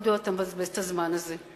מדוע אתה מבזבז את הזמן הזה?